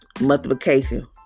multiplication